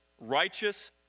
Righteous